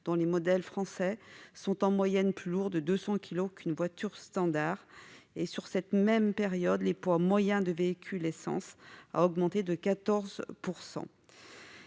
dont les modèles français sont en moyenne plus lourds de 200 kilogrammes qu'une voiture standard. Durant cette même période, le poids moyen des véhicules essence a augmenté de 14 %.